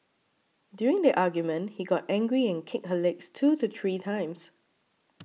during the argument he got angry and kicked her legs two to three times